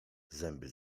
zęby